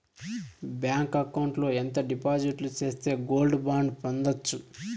Bank account లో ఎంత డిపాజిట్లు సేస్తే గోల్డ్ బాండు పొందొచ్చు?